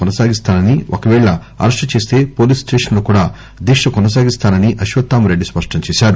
కొనసాగిస్తానని ఒకవేళ అరెస్టు చేస్త police station లో కూడా దీక కొనసాగిస్తానని అశ్వత్థామరెడ్డి స్పష్టం చేశారు